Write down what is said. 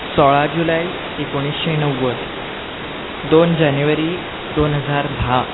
सोळा जुलय एकोणिशें णव्वद दोन जानेवारी दोन हजार धा